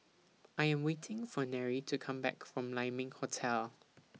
I Am waiting For Nery to Come Back from Lai Ming Hotel